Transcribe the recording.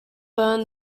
burn